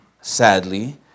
sadly